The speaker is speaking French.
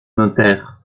notaire